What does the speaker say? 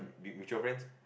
been mutual friends